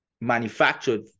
manufactured